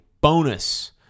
bonus